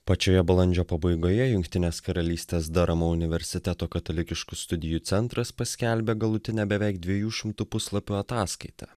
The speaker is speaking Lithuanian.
pačioje balandžio pabaigoje jungtinės karalystės daramo universiteto katalikiškų studijų centras paskelbė galutinę beveik dviejų šimtų puslapių ataskaitą